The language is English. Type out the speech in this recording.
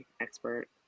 expert